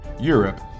Europe